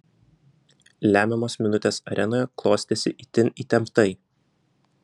lemiamos minutės arenoje klostėsi itin įtemptai